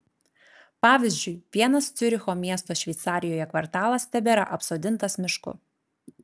pavyzdžiui vienas ciuricho miesto šveicarijoje kvartalas tebėra apsodintas mišku